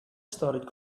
started